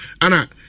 Anna